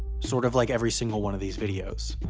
sort've like every single one of these videos.